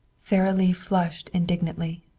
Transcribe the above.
sara lee flushed indignantly.